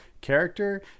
character